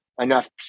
enough